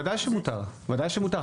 ודאי שמותר, ודאי שמותר.